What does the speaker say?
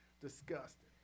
Disgusting